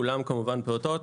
כולם כמובן פעוטות,